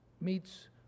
meets